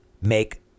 make